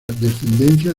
descendencia